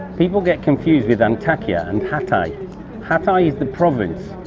people get confused with antakya and hatay. hatay is the province.